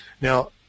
Now